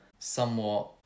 somewhat